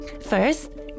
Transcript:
First